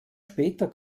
später